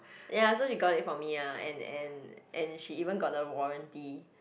ya so she got it for me ah and and she even got the warranty